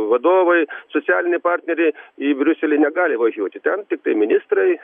vadovai socialiniai partneriai į briuselį negali važiuoti ten tiktai ministrai